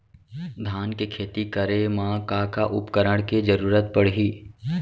धान के खेती करे मा का का उपकरण के जरूरत पड़हि?